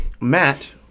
matt